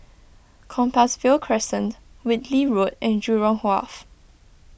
Compassvale Crescent Whitley Road and Jurong Wharf